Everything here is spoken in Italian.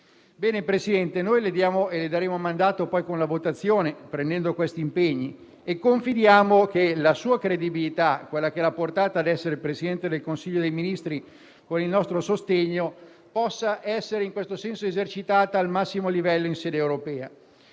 Signor Presidente, noi le diamo e le daremo mandato con la votazione, prendendo gli impegni citati, e confidiamo che la sua credibilità, che l'ha portata ad essere Presidente del Consiglio dei ministri, anche con il nostro sostegno, possa essere in questo senso esercitata al massimo livello in sede europea.